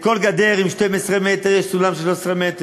לכל גדר בגובה 12 מטר, יש סולם של 13 מטר,